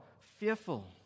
fearful